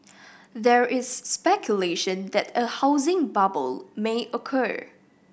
there is speculation that a housing bubble may occur